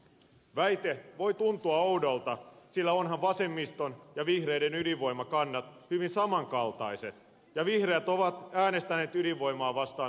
väite voi tuntua oudolta sillä ovathan vasemmiston ja vihreiden ydinvoimakannat hyvin saman kaltaiset ja vihreät ovat äänestäneet ydinvoimaa vastaan hallituksessa